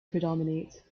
predominate